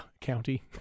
county